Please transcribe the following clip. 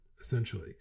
essentially